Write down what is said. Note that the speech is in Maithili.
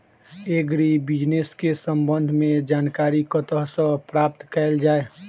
एग्री बिजनेस केँ संबंध मे जानकारी कतह सऽ प्राप्त कैल जाए?